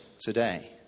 today